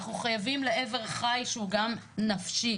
אנחנו חייבים לאבר חי שהוא גם נפשי.